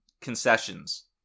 concessions